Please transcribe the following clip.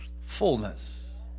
fullness